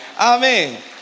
Amen